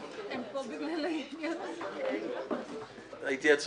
ההתייעצות הסיעתית של סיעת הבית היהודי הסתיימה.